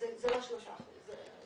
זה לא 3%. שוב,